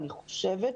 אני חושבת,